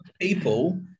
people